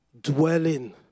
dwelling